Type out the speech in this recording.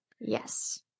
Yes